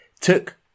took